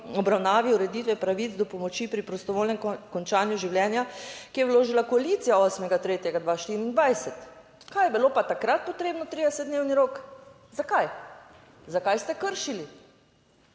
obravnavi ureditve pravic do pomoči pri prostovoljnem končanju življenja, ki jo je vložila koalicija 8. 3. 2024? Kaj je bilo pa takrat potrebno, 30-dnevni rok? Zakaj? Zakaj ste kršili